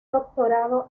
doctorado